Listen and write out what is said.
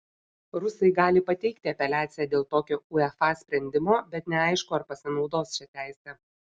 rusai gali pateikti apeliaciją dėl tokio uefa sprendimo bet neaišku ar pasinaudos šia teise